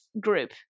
group